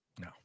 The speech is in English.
No